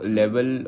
level